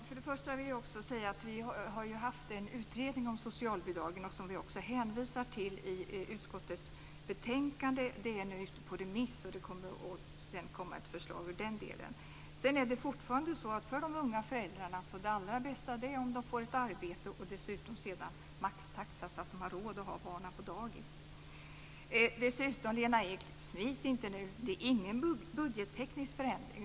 Fru talman! Först och främst vill jag säga att vi har haft en utredning om socialbidragen som vi också hänvisar till i utskottets betänkande. Det här är nu ute på remiss, och det kommer sedan att komma ett förslag när det gäller den delen. Fortfarande är det allra bästa för de unga föräldrarna att de får ett arbete och sedan dessutom maxtaxa, så att de har råd att ha barnen på dagis. Smit inte, Lena Ek! Det är ingen budgetteknisk förändring.